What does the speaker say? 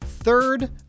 Third